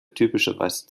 typischerweise